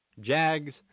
Jags